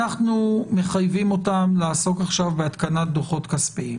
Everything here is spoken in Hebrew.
אנחנו מחייבים אותם לעסוק עכשיו בהתקנת דוחות כספיים,